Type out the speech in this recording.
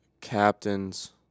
Captains